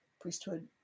priesthood